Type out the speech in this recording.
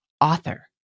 author